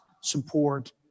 support